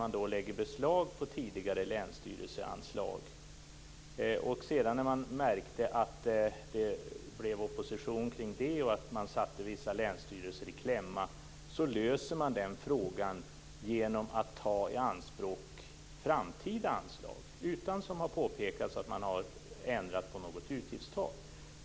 Man lägger beslag på tidigare länsstyrelseanslag, och sedan man märkt att det blivit opposition mot detta och att man satt vissa länsstyrelser i kläm löser man frågan genom att ta framtida anslag i anspråk, utan att man, som har påpekats, har ändrat på något utgiftstak.